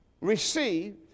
received